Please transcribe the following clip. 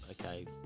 okay